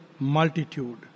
Multitude